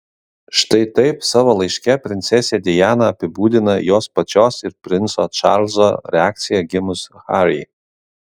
štai taip savo laiške princesė diana apibūdina jos pačios ir princo čarlzo reakciją gimus harry